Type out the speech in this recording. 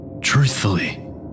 Truthfully